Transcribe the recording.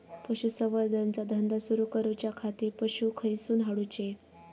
पशुसंवर्धन चा धंदा सुरू करूच्या खाती पशू खईसून हाडूचे?